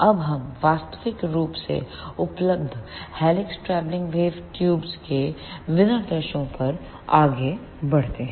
अब हम वास्तविक रूप से उपलब्ध हेलिक्स ट्रैवलिंग वेव ट्यूब्स के विनिर्देशों पर आगे बढ़ते हैं